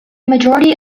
majority